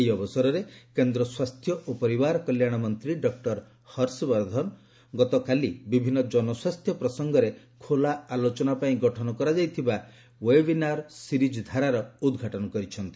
ଏହି ଅବସରରେ କେନ୍ଦ ସ୍ୱାସ୍ଥ୍ୟ ଓ ପରିବାର କଲ୍ୟାଣ ମନ୍ତ୍ରୀ ଡକ୍କର ହର୍ଷବର୍ଦ୍ଧନ ଗତକାଲି ବିଭିନ୍ନ ଜନସ୍ୱାସ୍ଥ୍ୟ ପ୍ରସଙ୍ଗରେ ଖୋଲା ଆଲୋଚନା ପାଇଁ ଗଠନ କରାଯାଇଥିବା ଓ୍ୱେବିନାର ସିରିଜ୍ ଧାରାର ଉଦ୍ଘାଟନ କରିଛନ୍ତି